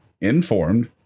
informed